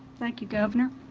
thank you, governor.